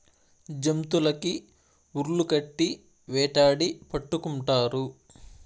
జంతులకి ఉర్లు కట్టి వేటాడి పట్టుకుంటారు